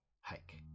hike